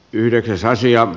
yhdeksän saa sijaa